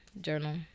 journal